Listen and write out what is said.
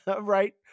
right